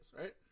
right